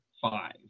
five